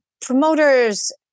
promoter's